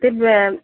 ते ब्रॅ